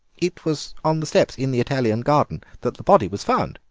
it was on the steps in the italian garden that the body was found,